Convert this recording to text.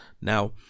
Now